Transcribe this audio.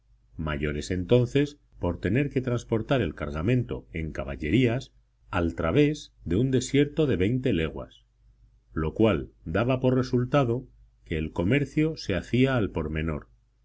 mayores entonces por tener que transportar el cargamento en caballerías al través de un desierto de veinte leguas lo cual daba por resultado que el comercio se hacía al por